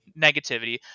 negativity